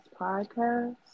podcast